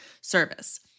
service